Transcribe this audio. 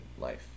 life